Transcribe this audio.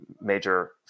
major